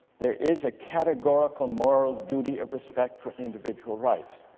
there is a categorical moral duty of respect for individual rights